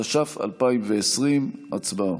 התש"ף 2020. הצבעה.